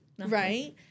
Right